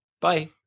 bye